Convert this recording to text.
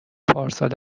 پارسال